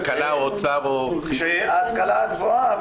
כלכלה או אוצר או --- שההשכלה הגבוהה,